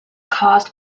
caused